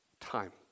Time